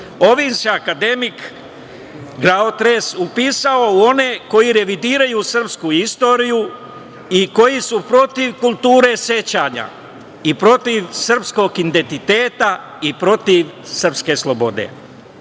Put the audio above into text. Ovim se akademik glavotres upisao u one koji revidiraju srpsku istoriju i koji su protiv kulture sećanja i protiv srpskog identiteta i protiv srpske slobode. Ta